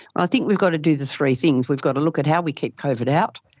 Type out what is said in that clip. i think we've got to do the three things, we've got to look at how we keep covid out,